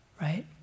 right